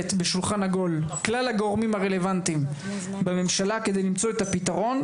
בשולחן עגול כלל הגורמים הרלוונטיים בממשלה כדי למצוא את הפתרון.